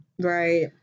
Right